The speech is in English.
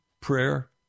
Prayer